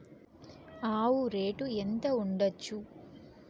ఆవు రేటు ఎంత ఉండచ్చు?